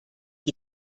die